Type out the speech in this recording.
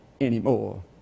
anymore